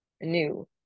new